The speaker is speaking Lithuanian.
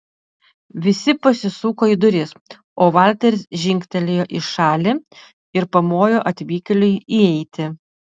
visi pasisuko į duris o valteris žingtelėjo į šalį ir pamojo atvykėliui įeiti